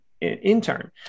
intern